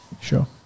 Sure